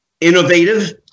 innovative